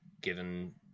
given